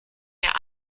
der